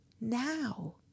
now